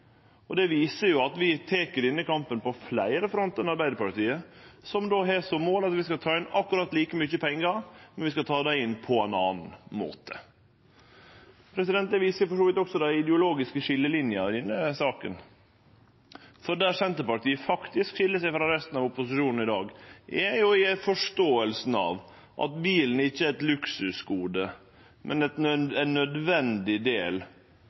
Det viser at vi tek denne kampen på fleire frontar enn Arbeidarpartiet, som har som mål at vi skal ta inn akkurat like mykje pengar, men vi skal ta dei inn på ein annan måte. Det viser for så vidt også dei ideologiske skiljelinene i denne saka. Der Senterpartiet faktisk skil seg frå resten av opposisjonen i dag, er i forståinga av at bilen ikkje er eit luksusgode, men ein nødvendig del